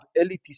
elitist